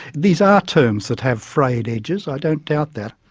these are terms that have frayed edges. i don't doubt that.